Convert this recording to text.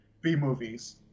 B-movies